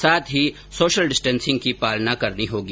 साथ ही social distancing की पालना करनी होगी